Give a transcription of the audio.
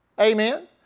Amen